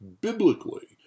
biblically